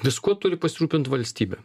viskuo turi pasirūpint valstybė